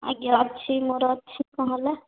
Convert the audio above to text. ଆଜ୍ଞା ଅଛି ମୋର ଅଛି କ'ଣ ହେଲା